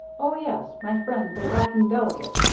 oh, yes. my friend, the walking delegate.